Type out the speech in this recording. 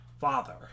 father